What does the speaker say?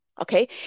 okay